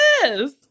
Yes